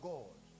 God